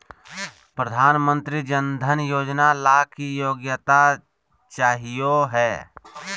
प्रधानमंत्री जन धन योजना ला की योग्यता चाहियो हे?